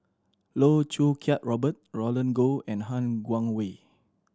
Loh Choo Kiat Robert Roland Goh and Han Guangwei